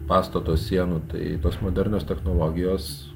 pastato sienų tai tos modernios technologijos